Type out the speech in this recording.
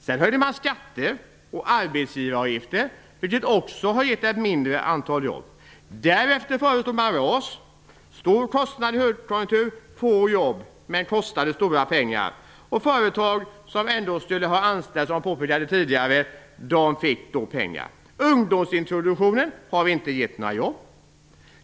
Sedan höjde man skatter och arbetsgivaravgifter, vilket också har gett ett mindre antal jobb. Därefter föreslog man RAS, en stor kostnad i högkonjunkturen. Det gav få jobb men kostade stora pengar. Företag som ändå skulle ha anställt fick, som jag redan har påpekat, på det här sättet pengar. Ungdomsintroduktionen har heller inte gett några jobb.